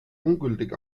ungültig